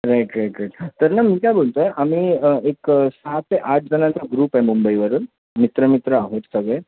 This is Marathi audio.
राईट राईट राईट तर ना मी काय बोलतो आहे आम्ही एक सात ते आठ जणांचा ग्रुप आहे मुंबईवरून मित्र मित्र आहोत सगळे